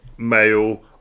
male